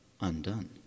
undone